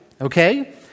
Okay